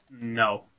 No